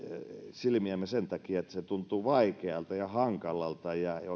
silmiämme näiltä ilmiöiltä sen takia että se tuntuu vaikealta ja hankalalta ja ei oikein edes